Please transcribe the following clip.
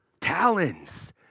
talons